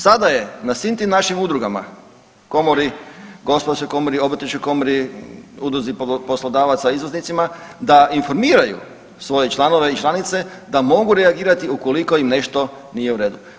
Sada je na svim tim našim udrugama, komori, gospodarskoj komori, obrtničkoj komori, udruzi poslodavaca, izvoznicima da informiraju svoje članove i članice da mogu reagirati ukoliko im nešto nije u redu.